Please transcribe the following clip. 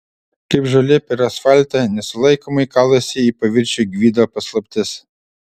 kaip žolė per asfaltą nesulaikomai kalasi į paviršių gvido paslaptis